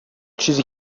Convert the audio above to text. چیزی